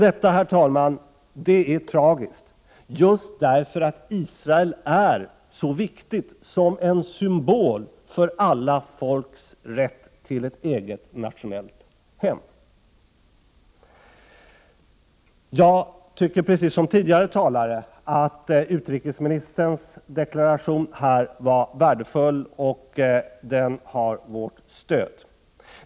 Detta sista vore, herr talman, tragiskt just därför att Israel är så viktigt som en symbol för alla folks rätt till ett eget nationellt hem. Jag tycker, precis som tidigare talare, att utrikesministerns deklaration här var värdefull. Den har vårt stöd.